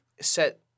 set